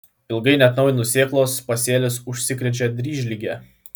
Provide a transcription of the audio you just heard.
ilgai neatnaujinus sėklos pasėlis užsikrečia dryžlige